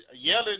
yelling